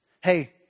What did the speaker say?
Hey